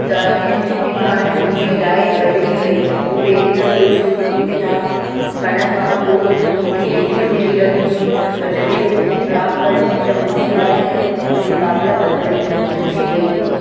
त हिन हिन कारणु मुंहिंजी राइ बदिली वई मूं पहिरीं न सोचियो की किताबु पढ़णु खां पोइ मूंखे हेतिरी सुठी लॻंदी जॾहिं मूं किताबु पढ़ी त मुंहिंजी राइ हुन किताब लाइ बदल बदिलिजी वई